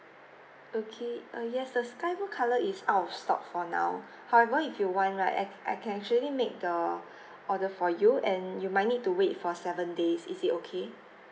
okay uh yes the sky blue colour is out of stock for now however if you want right I I can actually make the order for you and you might need to wait for seven days is it okay